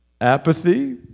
Apathy